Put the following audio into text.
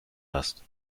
hast